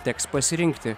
teks pasirinkti